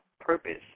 purpose